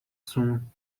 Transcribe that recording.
soon